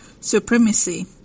supremacy